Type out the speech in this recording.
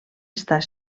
estar